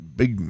big